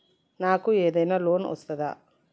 నాకు ఏదైనా లోన్ వస్తదా?